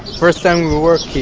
first time we work